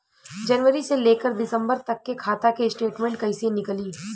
जनवरी से लेकर दिसंबर तक के खाता के स्टेटमेंट कइसे निकलि?